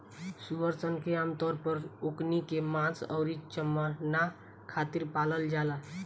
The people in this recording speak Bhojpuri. सूअर सन के आमतौर पर ओकनी के मांस अउरी चमणा खातिर पालल जाला